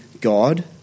God